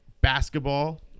basketball